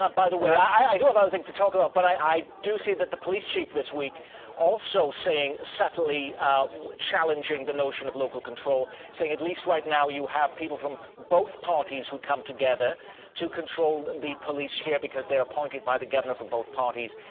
um by the way, i do have other things to talk about, but i do see that the police chief this week also saying subtly challenging the notion of local control, saying at least right now you have people from both parties who come together to control the police here because they are appointed by the governor for both parties.